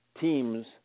teams